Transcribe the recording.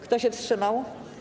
Kto się wstrzymał?